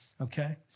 okay